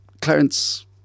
Clarence